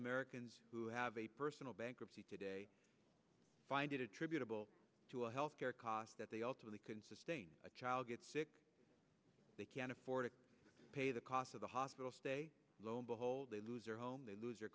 americans who have a personal bankruptcy today find it attributable to a health care cost that they ultimately can sustain a child gets sick they can't afford to pay the cost of the hospital stay low and behold they lose their home they lose your